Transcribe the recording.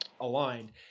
aligned